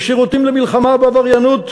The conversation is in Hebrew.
ושירותים במלחמה בעבריינות,